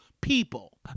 people